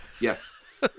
Yes